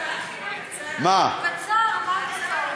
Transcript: הוא קצר, מה את רוצה?